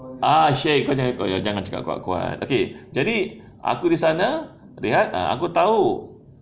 ah shi~ kau jangan cakap kuat-kuat okay jadi aku dari sana rehat aku tahu